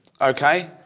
Okay